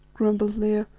grumbled leo,